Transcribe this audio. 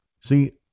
See